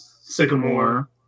Sycamore